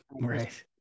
Right